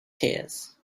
tears